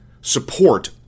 support